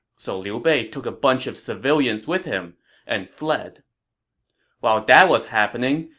so liu bei took a bunch of civilians with him and fled while that was happening,